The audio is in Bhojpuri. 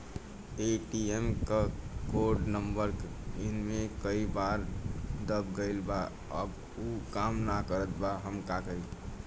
ए.टी.एम क कोड नम्बर हमसे कई बार दब गईल बा अब उ काम ना करत बा हम का करी?